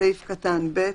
בסעיף קטן (ב)